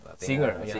Singer